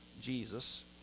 Jesus